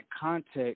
context